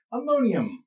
Ammonium